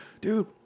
dude